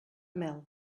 mel